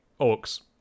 orcs